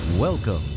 Welcome